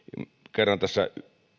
kerran tässä